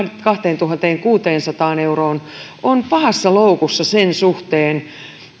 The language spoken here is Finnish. kahteentuhanteenkuuteensataan euroon on pahassa loukussa sen suhteen